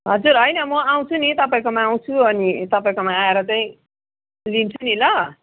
हजुर होइन म आउँछु नि तपाईँकोमा आउँछु अनि तपाईँकोमा आएर चाहिँ लिन्छु नि ल